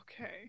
Okay